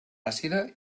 àcida